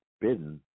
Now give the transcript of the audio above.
bidden